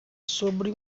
sobre